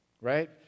right